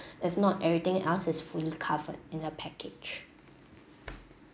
if not everything else is fully covered in a package